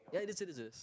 ya it is this it is